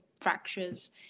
fractures